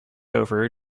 over